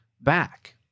back